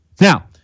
Now